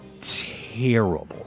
terrible